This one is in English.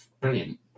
brilliant